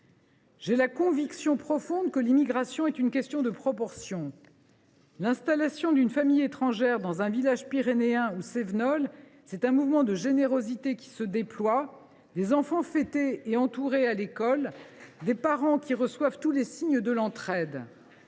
J’ai la conviction profonde que l’immigration est une question de proportion. L’installation d’une famille étrangère dans un village pyrénéen ou cévenol, c’est un mouvement de générosité qui se déploie, des enfants fêtés et entourés à l’école, des parents qui reçoivent tous les signes de l’entraide.